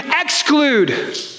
exclude